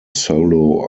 solo